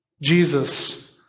Jesus